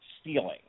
stealing